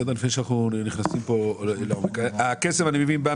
הסעיף נמצא